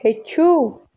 ہیٚچھُو